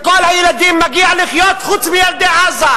לכל הילדים מגיע לחיות חוץ מלילדי עזה.